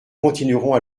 continueront